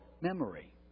memory